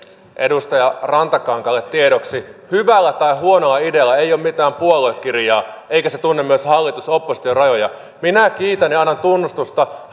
edustaja rantakankaalle tiedoksi hyvällä tai huonolla idealla ei ole mitään puoluekirjaa eikä se tunne myöskään hallitus oppositio rajoja minä kiitän ja annan tunnustusta